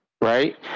Right